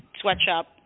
sweatshop